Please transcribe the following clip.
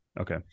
Okay